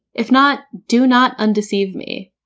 if not, do not undeceive me.